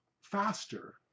faster